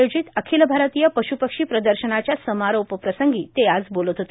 आयोजित र्अाखल भारतीय पशुपक्षी प्रदशनाच्या समारोप प्रसंगी ते आज बोलत होते